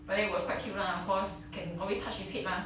but then it was quite cute lah cause can always touch his head mah